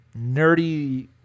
nerdy